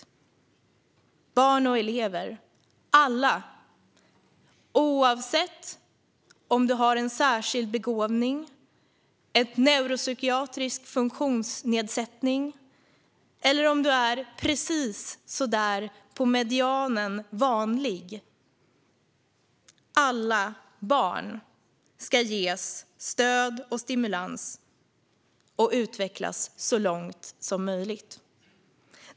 Alla barn och elever - oavsett om du har en särskild begåvning, en neuropsykiatrisk funktionsnedsättning eller är precis så där på medianen vanlig - ska ges stöd och stimulans och utvecklas så långt som möjligt.